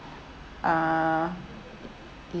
uh